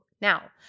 Now